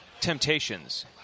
temptations